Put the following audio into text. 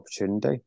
opportunity